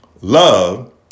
love